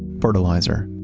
fertilizer.